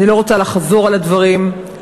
אני לא רוצה לחזור על הדברים באריכות,